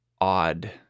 Odd